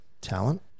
talent